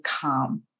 calm